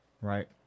right